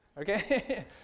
Okay